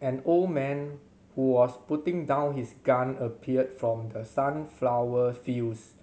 an old man who was putting down his gun appeared from the sunflower fields